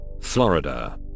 Florida